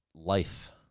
Life